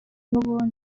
n’ubundi